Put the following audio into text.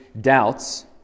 doubts